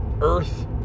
earth